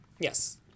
Yes